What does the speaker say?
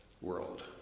world